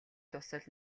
дусал